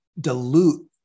dilute